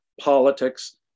politics